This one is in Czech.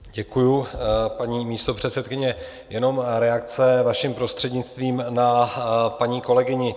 Děkuji, paní místopředsedkyně, jenom reakce vaším prostřednictvím na paní kolegyni.